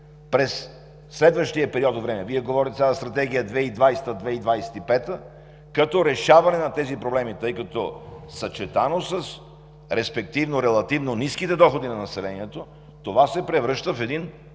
през следващия период от време. Вие говорите сега за Стратегия 2020 – 2025-а като решаване на тези проблеми, тъй като съчетано с респективно релативно ниските доходи на населението, това се превръща в един